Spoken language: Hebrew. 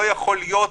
לא יכול להיות,